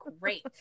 great